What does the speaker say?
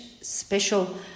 special